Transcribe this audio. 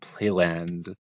playland